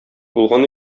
булган